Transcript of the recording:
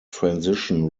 transition